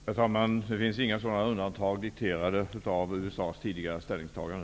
Herr talman! Det finns inga sådana undantag dikterade av USA:s tidigare ställningstagande.